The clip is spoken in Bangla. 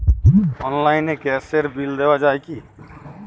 অনলাইনে গ্যাসের বিল দেওয়া যায় কি?